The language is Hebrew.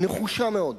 נחושה מאוד.